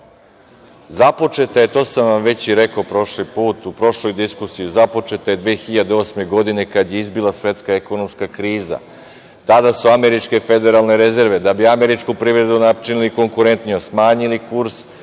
započeta je i to sam vam već rekao prošli put, u prošloj diskusiji, započeta je 2008. godine, kada je izbila svetska ekonomska kriza. Tada su američke federalne rezerve, da bi američku privredu učinili konkurentnijom, smanjili